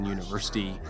University